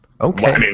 Okay